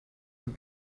und